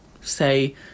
say